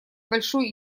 большой